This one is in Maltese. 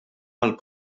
għall